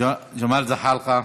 ג'מאל זחאלקה,